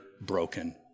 broken